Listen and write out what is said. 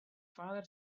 father